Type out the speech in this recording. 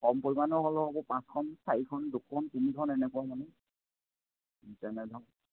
কম পৰিমাণৰ হ'লেও হ'ব পাঁচখন চাৰিখন দুখন তিনিখন এনেকুৱা মানে তেনেধৰণৰ